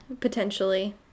Potentially